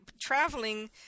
traveling